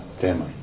tema